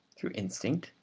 through instinct,